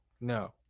No